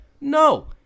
No